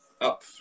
up